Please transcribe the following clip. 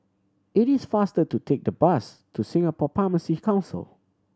it is faster to take the bus to Singapore Pharmacy Council